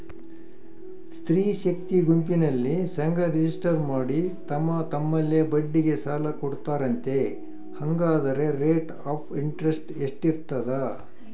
ಸ್ತ್ರೇ ಶಕ್ತಿ ಗುಂಪಿನಲ್ಲಿ ಸಂಘ ರಿಜಿಸ್ಟರ್ ಮಾಡಿ ತಮ್ಮ ತಮ್ಮಲ್ಲೇ ಬಡ್ಡಿಗೆ ಸಾಲ ಕೊಡ್ತಾರಂತೆ, ಹಂಗಾದರೆ ರೇಟ್ ಆಫ್ ಇಂಟರೆಸ್ಟ್ ಎಷ್ಟಿರ್ತದ?